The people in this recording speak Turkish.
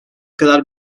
kadar